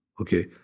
okay